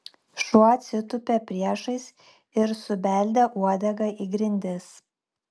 šuo atsitūpė priešais ir subeldė uodega į grindis